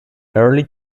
early